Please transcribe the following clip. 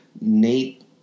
Nate